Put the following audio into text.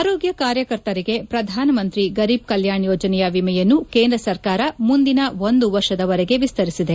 ಆರೋಗ್ಯ ಕಾರ್ಯಕತರಿಗೆ ಪ್ರಧಾನ್ ಮಂತ್ರಿ ಗರೀಬ್ ಕಲ್ಯಾಣ್ ಯೋಜನೆಯ ವಿಮೆಯನ್ನು ಕೇಂದ್ರ ಸರ್ಕಾರ ಮುಂದಿನ ಒಂದು ವರ್ಷದವರೆಗೆ ವಿಸ್ತರಿಸಿದೆ